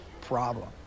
problem